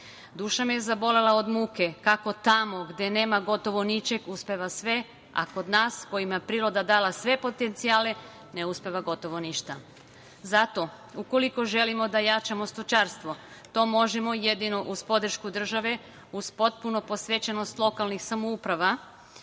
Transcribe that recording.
Duša me je zabolela od muke kako tamo gde nema gotovo ničeg uspeva sve, a kod nas kojima je priroda dala sve potencijale ne uspeva gotovo ništa. Ukoliko želimo da jačamo stočarstvo, to možemo jedino uz podršku države, uz potpuno posvećenost lokalnih samouprava,